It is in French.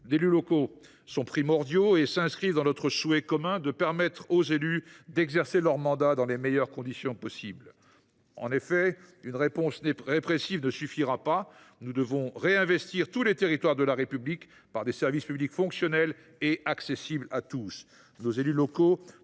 de l’élu local sont primordiaux et s’inscrivent dans notre souhait commun de permettre aux élus d’exercer leur mandat dans les meilleures conditions possible. Une réponse répressive ne suffira pas. Nous devons réinvestir tous les territoires de la République, grâce à des services publics fonctionnels et accessibles à tous.